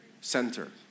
Center